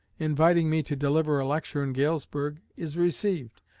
inviting me to deliver a lecture in galesburg, is received.